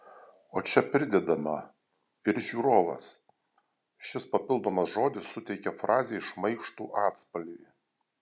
o čia pridedama ir žiūrovas šis papildomas žodis suteikia frazei šmaikštų atspalvį